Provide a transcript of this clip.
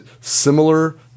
similar